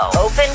Open